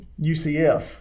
UCF